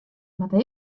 moatte